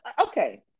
Okay